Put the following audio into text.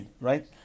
right